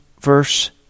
verse